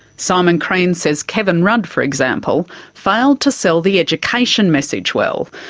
simon crean says kevin rudd, for example, failed to sell the education message well.